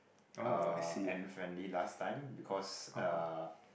uh and friendly last time because uh